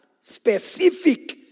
specific